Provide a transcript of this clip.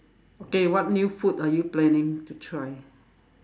okay what new food are you planning to try